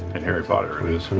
in harry potter it is.